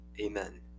Amen